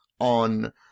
on